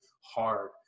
hard